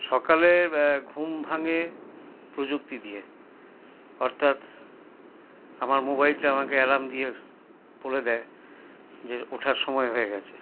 সকালে ঘুম ভাঙে প্রযুক্তি দিয়ে অর্থাৎ আমার মোবাইলটা আমাকে অ্যালার্ম দিয়ে বলে দেয় যে ওঠার সময় হয়ে গিয়েছে